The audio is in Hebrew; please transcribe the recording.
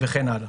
וכן הלאה.